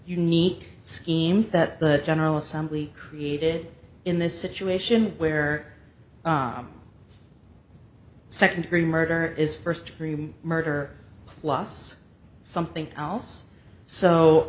unique scheme that the general assembly created in this situation where second degree murder is first murder plus something else so